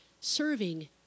serving